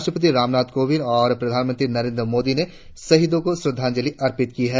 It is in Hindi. राष्ट्रपति रामनाथ कोविंद और प्रधानमंत्री नरेंद्र मोदी ने शहीदों को श्रद्धांजलि अर्पित की है